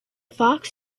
fox